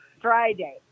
Friday